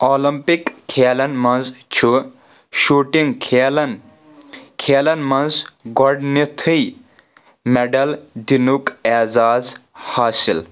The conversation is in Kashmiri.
اولمپِک کھیلن منٛز چُھ شوٗٹِنٛگ کھیلن كھیلن منٛز گۄڈنیٚتھٕے میڑل دِنُک اعزاز حٲصِل